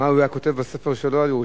מה הוא היה כותב בספר שלו על ירושלים?